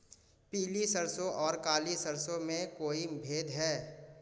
पीली सरसों और काली सरसों में कोई भेद है?